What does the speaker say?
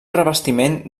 revestiment